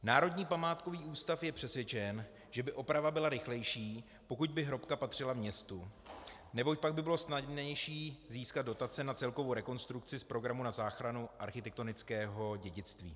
Národní památkový ústav je přesvědčen, že by oprava byla rychlejší, pokud by hrobka patřila městu, neboť pak by bylo snadnější získat dotace na celkovou rekonstrukci z programu na záchranu architektonického dědictví.